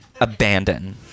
abandon